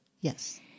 Yes